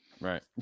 right